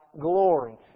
glory